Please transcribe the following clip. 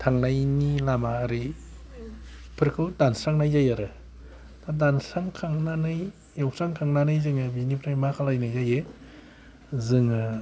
थांनायनि लामा ओरै फोरखौ दानस्रांनाय जायो आरो दा दानस्रां खांनानै एवस्रां खांनानै जोङो बिनिफ्राय मा खालायनाय जायो जोङो